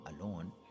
alone